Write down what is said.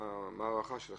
מה ההערכה שלכם?